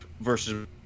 versus